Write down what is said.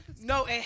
No